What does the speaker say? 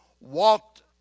walked